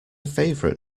favourite